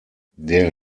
der